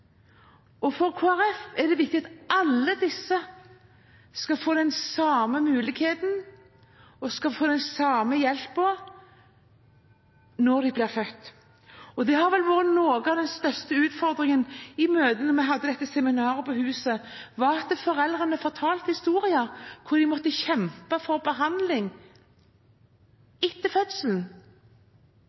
For Kristelig Folkeparti er det viktig at alle disse skal få de samme mulighetene og den samme hjelpen når de blir født, og det har vel vært noe av den største utfordringen. I møtene vi hadde under et seminar her på huset, fortalte foreldre historier om hvordan de måtte kjempe for å få behandling etter fødselen